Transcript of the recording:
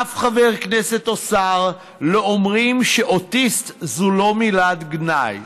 אף חבר כנסת או שר לא אומרים ש"אוטיסט" זה לא מילת גנאי,